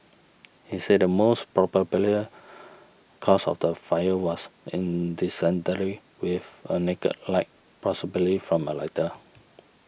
he said the most probable cause of the fire was with a naked light possibly from a lighter